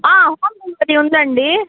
home delivery ఉందండి